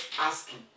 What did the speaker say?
asking